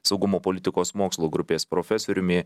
saugumo politikos mokslų grupės profesoriumi